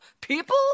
people